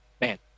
Man